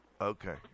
Okay